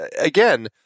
again